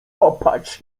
popatrz